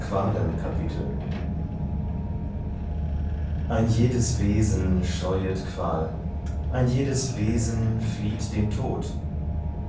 qualen kapitel ein jedes wesen scheuet qual ein jedes wesen flieht den tod